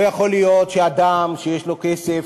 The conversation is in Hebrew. לא יכול להיות שאדם שיש לו כסף,